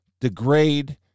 degrade